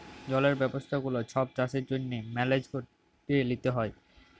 জলের ব্যবস্থা গুলা ছব চাষের জ্যনহে মেলেজ ক্যরে লিতে হ্যয়